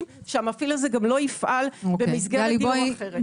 שהמפעיל הזה גם לא יפעל במסגרת יום אחרת.